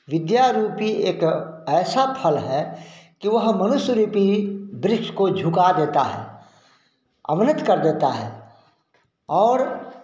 विद्या रूपी एक ऐसा फल है कि वह मनुष्य रूपी वृक्ष को झुका देता है अवनत कर देता है और